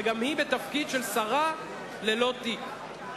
וגם היא בתפקיד של שרה ללא תיק.